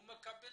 הוא מקבל